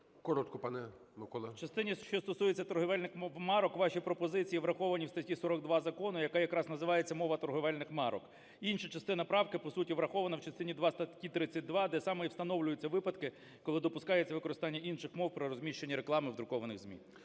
КНЯЖИЦЬКИЙ М.Л. В частині, що стосується торгівельних марок, ваші пропозиції враховані в статті 42 закону, яка якраз називається "Мова торговельних марок". Інша частина правки по суті врахована в частині два статті 32, де саме і встановлюються випадки, коли допускається використання інших мов при розміщенні реклами в друкованих ЗМІ.